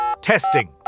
Testing